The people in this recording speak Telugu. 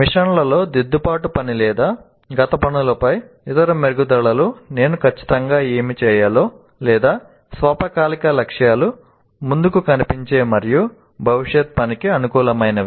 మిషన్లలో దిద్దుబాటు పని లేదా గత పనులపై ఇతర మెరుగుదలలు నేను ఖచ్చితంగా ఏమి చేయాలి లేదా స్వల్పకాలిక లక్ష్యాలు ముందుకు కనిపించే మరియు భవిష్యత్ పనికి అనుకూలమైనవి